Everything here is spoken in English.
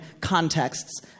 contexts